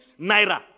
naira